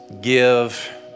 give